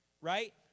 right